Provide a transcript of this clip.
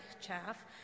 chaff